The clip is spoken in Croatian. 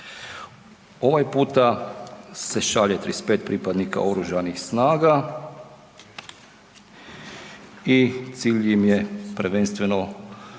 Ovaj se šalje 35 pripadnika Oružanih snaga i cilj im je prvenstveno